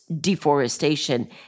deforestation